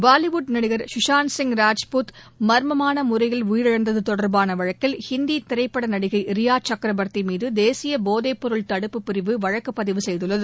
பாலிவுட் நடிகர் சுஷாந்த் சிங் மர்மமான முறையில் உயிரிழந்தது தொடர்பான வழக்கில் ஹிந்தி திரைப்பட நடிகை ரியா சக்ரபர்த்தி மீது தேசிய போதைப் பொருள் தடுப்பு பிரிவு வழக்குப் பதிவு செய்துள்ளது